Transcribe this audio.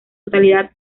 totalidad